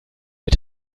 mit